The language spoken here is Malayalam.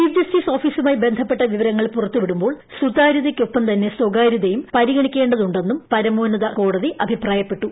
ചീഫ് ജസ്റ്റിസ് ഓഫീസുമായി ബന്ധപ്പെട്ട വിവരങ്ങൾ പുറത്തു വിടുമ്പോൾ സുതാര്യതയ്ക്കൊപ്പം തന്നെ സ്ഥകാര്യതയും പരിഗണിക്കേണ്ടതുണ്ടെന്നും പരമോന്നത കോടതി അഭിപ്രായപ്പെട്ടു